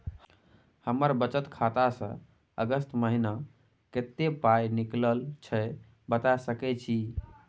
हमर बचत खाता स अगस्त महीना कत्ते पाई निकलल छै बता सके छि?